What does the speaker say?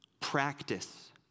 practice